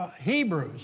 Hebrews